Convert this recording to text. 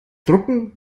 drucken